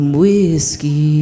whiskey